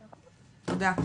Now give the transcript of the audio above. תודה.